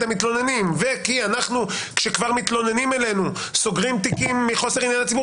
המתלוננים וכשכבר מתלוננים אלינו אנחנו סוגרים תיקים מחוסר עניין לציבור